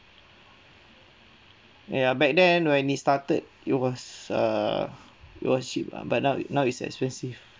ya back then when it started it was err it was cheap lah but now it now it's expensive